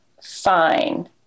Fine